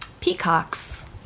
peacocks